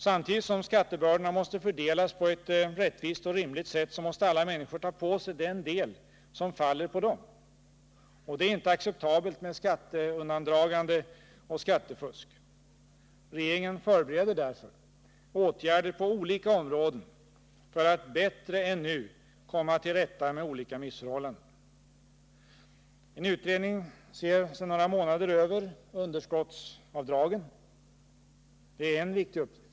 Samtidigt som skattebördorna måste fördelas på ett rättvist och rimligt sätt måste alla människor ta på sig den del som faller på dem. Det är inte acceptabelt med skatteundandragande och skattefusk. Regeringen förbereder därför åtgärder på olika områden för att bättre än nu komma till rätta med olika missförhållanden. En utredning ser sedan några månader över underskottsavdragen. Det är en viktig uppgift.